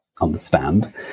understand